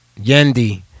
Yendi